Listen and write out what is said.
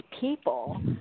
people